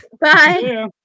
Bye